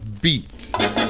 beat